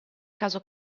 caso